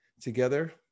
together